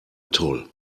toll